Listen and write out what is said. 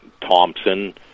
thompson